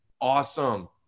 awesome